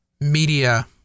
media